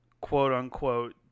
quote-unquote